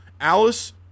Alice